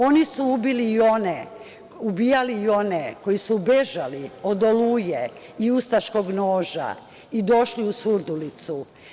Oni su ubijali i one koji su bežali od „Oluje“ i ustaškog noža i došli u Surdulicu.